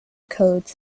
codes